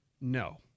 No